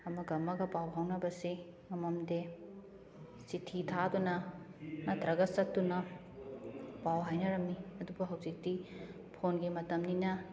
ꯑꯃꯒ ꯑꯃꯒ ꯄꯥꯎ ꯐꯥꯎꯅꯕꯁꯦ ꯉꯝꯃꯝꯗꯦ ꯆꯤꯊꯤ ꯊꯥꯗꯨꯅ ꯅꯠꯇ꯭ꯔꯒ ꯆꯠꯇꯨꯅ ꯄꯥꯎ ꯍꯥꯏꯅꯔꯝꯃꯤ ꯑꯗꯨꯕꯨ ꯍꯧꯖꯤꯛꯇꯤ ꯐꯣꯟꯒꯤ ꯃꯇꯝꯅꯤꯅ